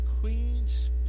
queens